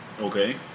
Okay